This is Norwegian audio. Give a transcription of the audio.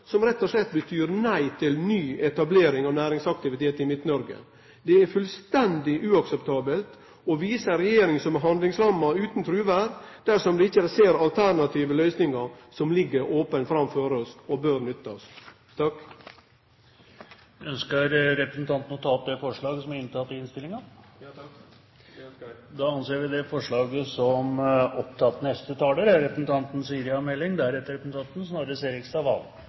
det rett og slett nei til ny etablering av næringsaktivitet i Midt-Noreg. Det er fullstendig uakseptabelt og viser ei regjering som er handlingslamma og utan truverd, dersom dei ikkje ser alternative løysingar som ligg opne framfor oss og bør nyttast. Eg tek opp forslaget vårt i innstillinga. Vår elektrisitetsforsyning er i all hovedsak basert på vannkraft. Det gjør oss sårbare, fordi vi innenfor dette energisystemet er